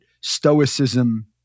stoicism